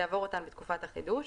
יעבור אותן בתקופת החידוש.